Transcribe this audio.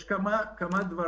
יש כמה דברים.